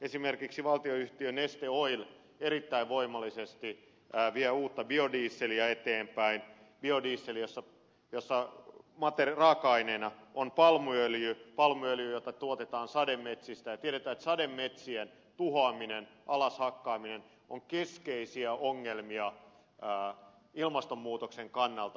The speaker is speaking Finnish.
esimerkiksi valtionyhtiö neste oil erittäin voimallisesti vie uutta biodieseliä eteenpäin biodieseliä jossa raaka aineena on palmuöljy jota tuotetaan sademetsistä ja tiedetään että sademetsien tuhoaminen alas hakkaaminen on keskeisiä ongelmia ilmastonmuutoksen kannalta